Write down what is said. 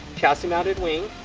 chassis-mounted wing,